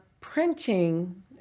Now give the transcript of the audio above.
printing